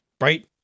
right